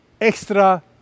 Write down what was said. extra